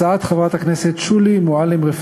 הצעות לסדר-היום של חברי הכנסת שולי מועלם-רפאלי,